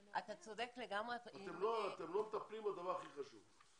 אתה צודק לגמרי --- אתם לא מטפלים בדבר הכי חשוב,